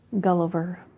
Gulliver